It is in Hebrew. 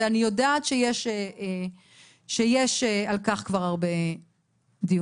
ואני יודעת שיש על כך כבר הרבה דיונים.